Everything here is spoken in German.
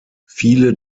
viele